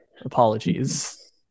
Apologies